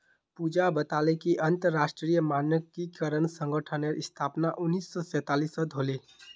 पूजा बताले कि अंतरराष्ट्रीय मानकीकरण संगठनेर स्थापना उन्नीस सौ सैतालीसत होले